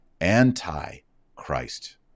anti-Christ